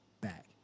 back